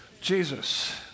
Jesus